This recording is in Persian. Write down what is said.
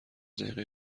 دقیقه